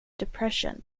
depression